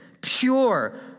pure